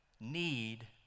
need